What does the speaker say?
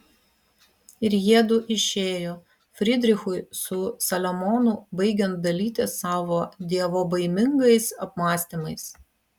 ir jiedu išėjo frydrichui su saliamonu baigiant dalytis savo dievobaimingais apmąstymais